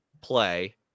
play